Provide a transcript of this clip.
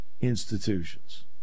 institutions